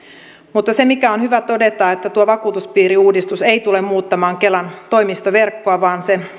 mutta on hyvä todeta että tuo vakuutuspiiriuudistus ei tule muuttamaan kelan toimistoverkkoa vaan se